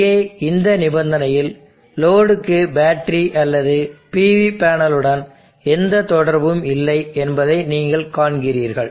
இங்கே இந்த நிபந்தனையில் லோடுக்கு பேட்டரி அல்லது PV பேனலுடன் எந்த தொடர்பும் இல்லை என்பதை நீங்கள் காண்கிறீர்கள்